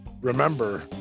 Remember